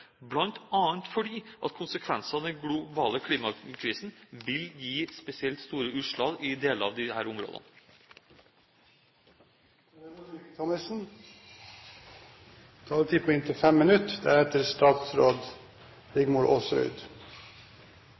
fordi konsekvensene av den globale klimakrisen vil gi spesielt store utslag i deler av disse områdene.